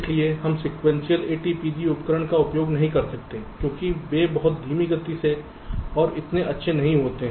इसलिए हम sequential ATPG उपकरण का उपयोग नहीं कर सकते क्योंकि वे बहुत धीमी गति के और इतने अच्छे नहीं होते हैं